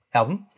album